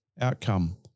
outcome